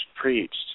preached